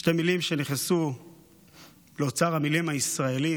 שתי מילים שנכנסו לאוצר המילים הישראלי,